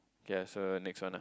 ya so next one ah